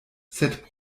sed